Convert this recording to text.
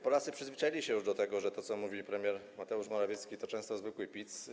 Polacy przyzwyczaili się już do tego, że to, co mówi premier Mateusz Morawiecki, to często zwykły pic.